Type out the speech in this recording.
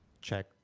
check